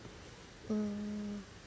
mm